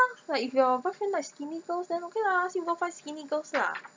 like if your boyfriend like skinny girls then okay lah ask him go find skinny girls lah